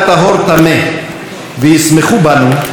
וישמחו בנו אזרחי ישראל.